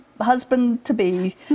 husband-to-be